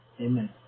Amen